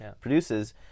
produces